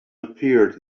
appeared